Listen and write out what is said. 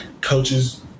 Coaches